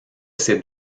ces